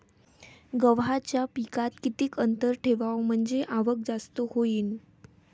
गव्हाच्या पिकात किती अंतर ठेवाव म्हनजे आवक जास्त होईन?